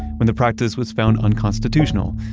when the practice was found unconstitutional,